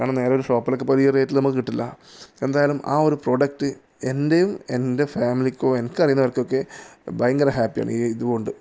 കാരണം നേരെ ഒരു ഷോപ്പിലൊക്കെ പോയാൽ ഈ ഒരു റേറ്റിൽ നമുക്ക് കിട്ടില്ല എന്തായാലും ആ ഒരു പ്രോഡക്റ്റ് എൻ്റെയും എൻ്റെ ഫാമിലിക്കും എനിക്കറിയുന്നവർക്കൊക്കെ ഭയങ്കര ഹാപ്പിയാണ് ഈ ഇതു കൊണ്ട്